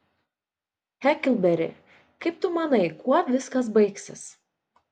heklberi kaip tu manai kuo viskas baigsis